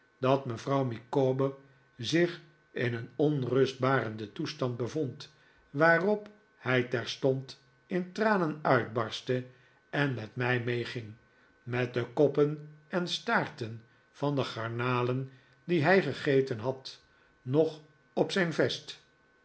dat mevrouw micawber zich in een onrustbarenden toestand bevond waarop hij terstond in tranen uitbarstte en met mij meeging met de koppen en staarten van de garnalen die hij gegeten had nog op zijn vest